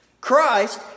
Christ